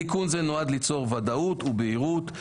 תיקון זה נועד ליצור ודאות ובהירות,